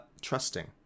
trusting